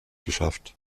geschafft